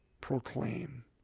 proclaim